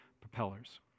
propellers